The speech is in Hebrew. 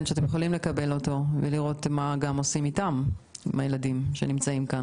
אתם יכולים לקבל ולראות מה עושים עם הילדים שנמצאים כאן,